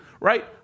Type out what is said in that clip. Right